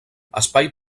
espai